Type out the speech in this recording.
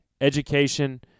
education